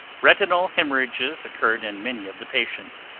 retinal hemorrhages occurred in many of the patients.